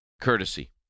courtesy